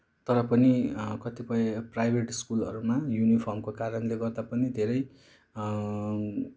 तर पनि कतिपय प्राइभेट स्कुलहरूमा युनिफर्मको कारणले गर्दा पनि धेरै